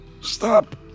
Stop